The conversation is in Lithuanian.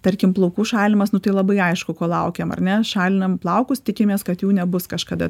tarkim plaukų šalinimas nu tai labai aišku ko laukiam ar ne šalinam plaukus tikimės kad jų nebus kažkada